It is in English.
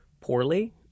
poorly